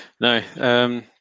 No